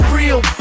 real